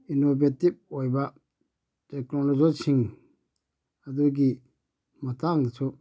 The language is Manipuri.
ꯏꯟꯅꯣꯕꯦꯇꯤꯕ ꯑꯣꯏꯕ ꯇꯦꯛꯅꯣꯂꯣꯖꯤꯁꯤꯡ ꯑꯗꯨꯒꯤ ꯃꯇꯥꯡꯗꯁꯨ